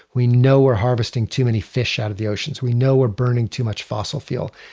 we know we're harvesting too many fish out of the oceans. we know we're burning too much fossil fuel.